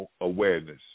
awareness